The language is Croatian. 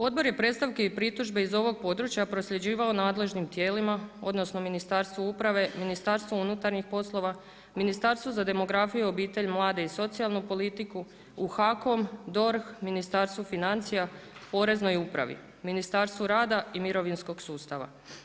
Odbor je predstavke i pritužbe iz ovog područja prosljeđivao nadležnim tijelima, odnosno Ministarstvu uprave, Ministarstvu unutarnjih poslova, Ministarstvu za demografiju, obitelj, mlade i socijalnu politiku, u HAKOM, DORH, Ministarstvo financija, Poreznoj upravi, Ministarstvu rada i mirovinskog sustava.